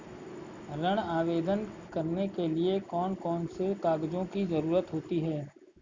ऋण आवेदन करने के लिए कौन कौन से कागजों की जरूरत होती है?